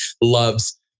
loves